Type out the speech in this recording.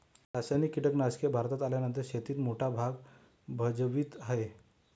रासायनिक कीटनाशके भारतात आल्यानंतर शेतीत मोठा भाग भजवीत आहे